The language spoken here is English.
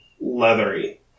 leathery